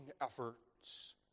efforts